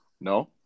no